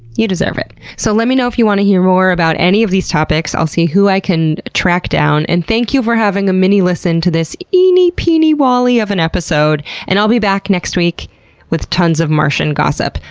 you deserve it. so let me know if you want to hear more about any of these topics and i'll see who i can track down and thanks for having a mini listen to this eeny peenie wallie of an episode. and i'll be back next week with tons of martian gossip.